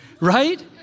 right